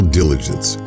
diligence